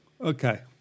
okay